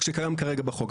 שקיים כרגע בחוק.